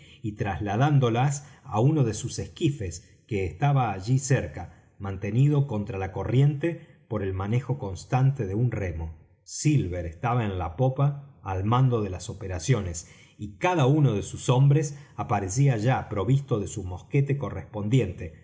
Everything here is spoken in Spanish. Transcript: y trasladándolas á uno de sus esquifes que estaba allí cerca mantenido contra la corriente por el manejo constante de un remo silver estaba en la popa al mando de las operaciones y cada uno de sus hombres aparecía ya provisto de su mosquete correspondiente